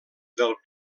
del